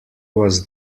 was